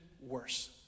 worse